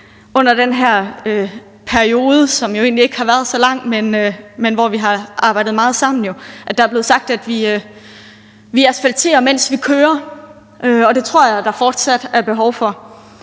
Under den her periode, som jo egentlig ikke har været så lang, men hvor vi har arbejdet meget sammen, er der blevet sagt, at vi asfalterer, mens vi kører, og det tror jeg der fortsat er behov for.